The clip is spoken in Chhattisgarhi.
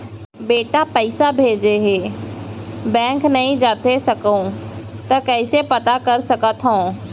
बेटा पइसा भेजे हे, बैंक नई जाथे सकंव त कइसे पता कर सकथव?